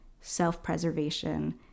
self-preservation